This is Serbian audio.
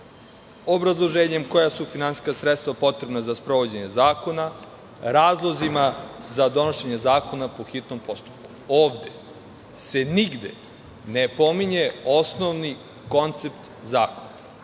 obrazloženja koja su finansijska sredstva potrebna za sprovođenje zakona, razlozima da donošenje zakona po hitnom postupku. Ovde se nigde ne pominje osnovni koncept zakona.